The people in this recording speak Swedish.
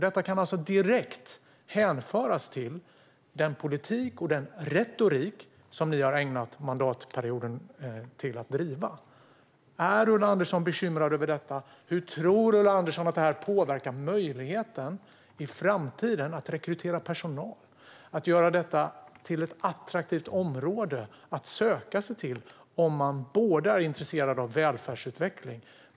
Det kan alltså härledas direkt till den politik och den retorik som ni har ägnat er åt under mandatperioden. Är Ulla Andersson bekymrad över detta? Hur tror Ulla Andersson att det här påverkar möjligheterna att rekrytera personal i framtiden och att göra detta till ett attraktivt område att söka sig till om man är intresserad av välfärdsutveckling?